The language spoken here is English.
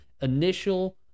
initial